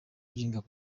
by’ingabo